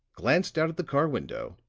glanced out at the car window,